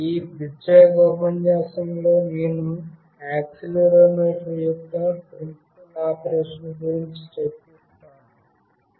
ఈ ప్రత్యేక ఉపన్యాసంలో నేను యాక్సిలెరోమీటర్ యొక్క ప్రిన్సిపల్ ఆపరేషన్ గురించి చర్చిస్తాను